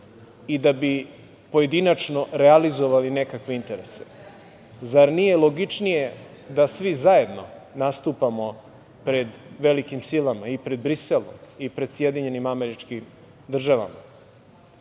i da bi pojedinačno realizovali nekakve interese. Zar nije logičnije da svi zajedno nastupamo pred velikim silama i pred Briselom, i pred SAD. Tačno je, mi